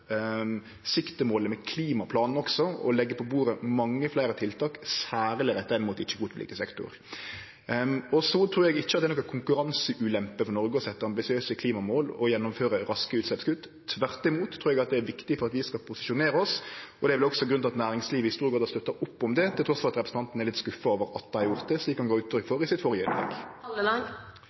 med klimaplanen også, å leggje på bordet mange fleire tiltak, særleg retta inn mot ikkje-kvotepliktig sektor. Så trur eg ikkje at det er noka konkurranseulempe for Noreg å setje ambisiøse klimamål og gjennomføre raske utsleppskutt. Tvert imot trur eg det er viktig for at vi skal posisjonere oss. Det er vel også grunnen til at næringslivet i stor grad har støtta opp om det, trass i at representanten er litt skuffa over at dei har gjort det, slik han gav uttrykk for i sitt